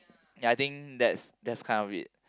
ya I think that's that's kind of it